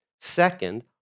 Second